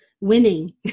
winning